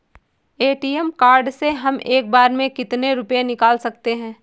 ATM card से हम एक बार में कितने रुपये निकाल सकते हैं?